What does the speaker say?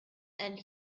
and